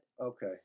Okay